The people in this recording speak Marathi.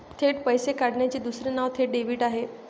थेट पैसे काढण्याचे दुसरे नाव थेट डेबिट आहे